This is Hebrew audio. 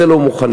לזה לא מוכנים.